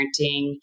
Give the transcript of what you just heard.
parenting